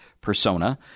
persona